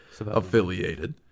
affiliated